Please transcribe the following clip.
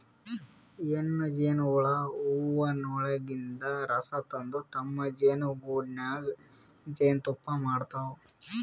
ಹೆಣ್ಣ್ ಜೇನಹುಳ ಹೂವಗೊಳಿನ್ದ್ ರಸ ತಂದ್ ತಮ್ಮ್ ಜೇನಿಗೂಡಿನಾಗ್ ಜೇನ್ತುಪ್ಪಾ ಮಾಡ್ತಾವ್